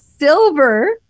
Silver